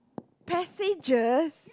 passages